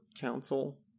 council